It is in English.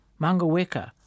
Mangaweka